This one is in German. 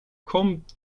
kommt